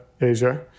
Asia